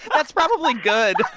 that's probably good